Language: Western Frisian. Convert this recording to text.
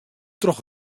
troch